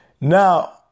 Now